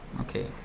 Okay